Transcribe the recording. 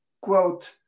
quote